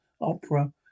opera